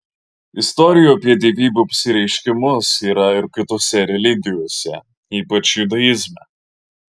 istorijų apie dievybių apsireiškimus yra ir kitose religijose ypač judaizme